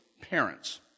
parents